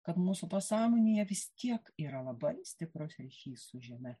kad mūsų pasąmonėje vis tiek yra labai stiprus ryšys su žeme